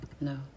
no